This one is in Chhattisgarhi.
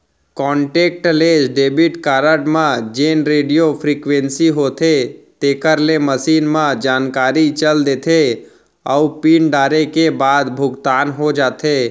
कांटेक्टलेस डेबिट कारड म जेन रेडियो फ्रिक्वेंसी होथे तेकर ले मसीन म जानकारी चल देथे अउ पिन डारे के बाद भुगतान हो जाथे